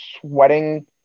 sweating